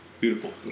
Beautiful